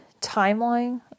timeline